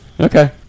Okay